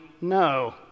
no